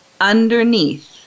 underneath